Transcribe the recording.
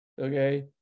okay